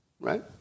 right